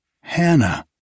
Hannah